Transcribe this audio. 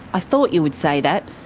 i thought you would say that,